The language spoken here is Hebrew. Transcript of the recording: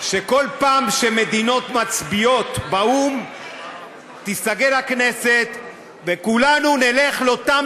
שכל פעם שמדינות מצביעות באו"ם תיסגר הכנסת וכולנו נלך לאותן